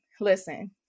listen